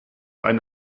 einen